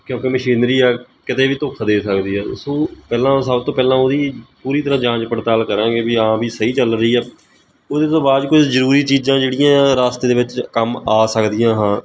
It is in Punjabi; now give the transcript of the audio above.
ਕਿਉਂਕਿ ਮਸ਼ੀਨਰੀ ਆ ਕਿਤੇ ਵੀ ਧੋਖਾ ਦੇ ਸਕਦੀ ਆ ਸੋ ਪਹਿਲਾਂ ਸਭ ਤੋਂ ਪਹਿਲਾਂ ਉਹਦੀ ਪੂਰੀ ਤਰਾਂ ਜਾਂਚ ਪੜਤਾਲ ਕਰਾਂਗੇ ਵੀ ਹਾਂ ਵੀ ਸਹੀ ਚੱਲ ਰਹੀ ਆ ਉਹਦੇ ਤੋਂ ਬਾਅਦ ਕੋਈ ਜ਼ਰੂਰੀ ਚੀਜ਼ਾਂ ਜਿਹੜੀਆਂ ਆ ਰਾਸਤੇ ਦੇ ਵਿੱਚ ਕੰਮ ਆ ਸਕਦੀਆਂ ਹਾਂ